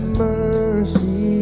mercy